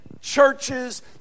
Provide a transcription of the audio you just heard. churches